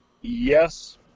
yes